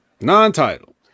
Non-title